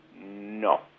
No